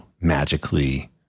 magically